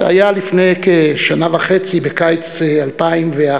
זה היה לפני כשנה וחצי, בקיץ 2011,